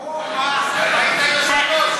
ברור, היושב-ראש.